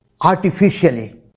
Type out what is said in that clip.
artificially